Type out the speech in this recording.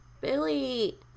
Billy